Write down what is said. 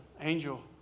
angel